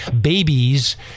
babies